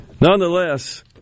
nonetheless